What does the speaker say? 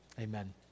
amen